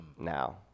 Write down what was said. now